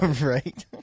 Right